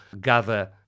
gather